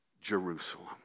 Jerusalem